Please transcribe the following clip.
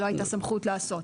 לא הייתה סמכות לעשות.